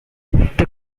the